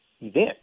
event